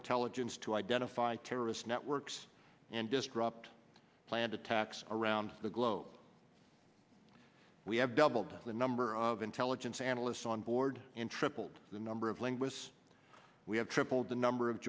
intelligence to identify terrorist networks and disrupt planned attacks around the globe we have doubled the number of intelligence analysts on board and tripled the number of linguists we have tripled the number of